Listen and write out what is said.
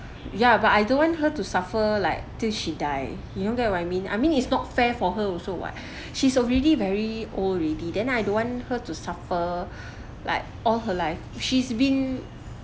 ya but I don't want her to suffer like till she die you don't get what I mean I mean it's not fair for her also [what] she's already very old already then I don't want her to suffer like all her life she's been